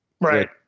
Right